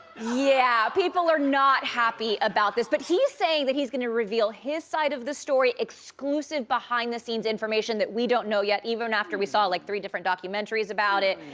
yeah, people are not happy about this, but he's saying that he's gonna reveal his side of the story, exclusive behind the scenes information that we don't know yet, even after we saw like three different documentaries about it.